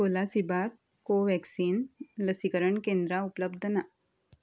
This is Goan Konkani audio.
कोलासिबाक कोव्हॅक्सिन लसीकरण केंद्रां उपलब्ध ना